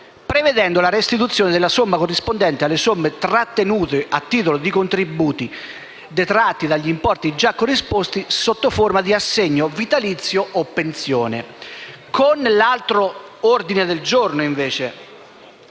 prevedendo la restituzione della somma corrispondente alle somme trattenute a titolo di contributi, detratti dagli importi già corrisposti, sotto forma di assegno vitalizio o pensione. Con l'ordine del giorno G22